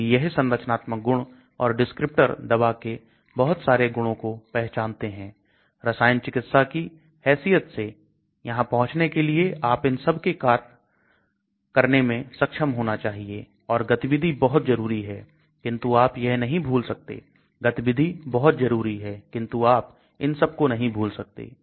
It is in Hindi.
इसलिए यह संरचनात्मक गुण और डिस्क्रिप्टर दवा के बहुत सारे गुणों को पहचानते हैं रसायन चिकित्सा की हैसियत से यहां पहुंचने के लिए आप इन सब के साथ कार्य करने में सक्षम होना चाहिए और गतिविधि बहुत जरूरी है किंतु आप यह नहीं भूल सकते गतिविधि बहुत जरूरी है किंतु आप इन सब को नहीं भूल सकते